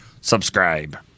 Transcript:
subscribe